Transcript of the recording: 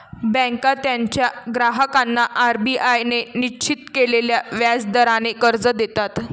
बँका त्यांच्या ग्राहकांना आर.बी.आय ने निश्चित केलेल्या व्याज दराने कर्ज देतात